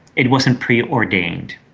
it wasn't preordained.